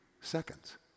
seconds